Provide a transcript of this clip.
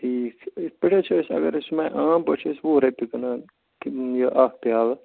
ٹھیٖک چھُ یِتھٕ پٲٹھۍ چھِ حظ اگر أسۍ عام پٲٹھۍ چھِ أسۍ وُہ رۄپیہِ کٕنان اَکھ پیٛالہٕ